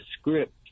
script